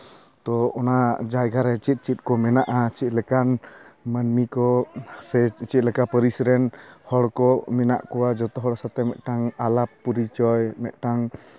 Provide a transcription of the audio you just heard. ᱛᱳ ᱚᱱᱟ ᱡᱟᱭᱜᱟᱨᱮ ᱪᱮᱫ ᱪᱮᱫ ᱠᱚ ᱢᱮᱱᱟᱜᱼᱟ ᱪᱮᱫ ᱞᱮᱠᱟᱱ ᱢᱟᱹᱱᱢᱤ ᱠᱚ ᱥᱮ ᱪᱮᱫ ᱞᱮᱠᱟ ᱯᱟᱹᱨᱤᱥ ᱨᱮᱱ ᱦᱚᱲ ᱠᱚ ᱢᱮᱱᱟᱜ ᱠᱚᱣᱟ ᱡᱚᱛᱚ ᱦᱚᱲ ᱥᱟᱛᱮᱜ ᱢᱤᱫᱴᱟᱝ ᱟᱞᱟᱯ ᱯᱚᱨᱤᱪᱚᱭ ᱢᱤᱫᱴᱟᱝ